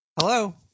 hello